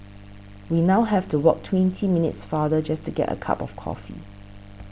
we now have to walk twenty minutes farther just to get a cup of coffee